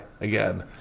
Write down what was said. again